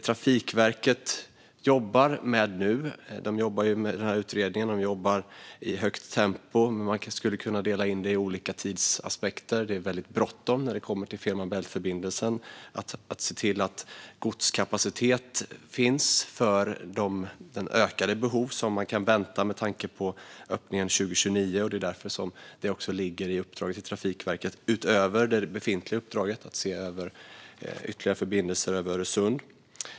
Trafikverket jobbar nu med utredningen, och de jobbar i högt tempo. Men man skulle kunna dela in det i olika tidsaspekter. När det kommer till Fehmarn Bält-förbindelsen är det väldigt bråttom att se till att godskapacitet finns för det ökade behov man kan vänta sig med tanke på öppningen 2029. Därför ligger det också i uppdraget till Trafikverket att utöver det befintliga uppdraget se över ytterligare förbindelser över Öresund.